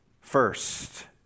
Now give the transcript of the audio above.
first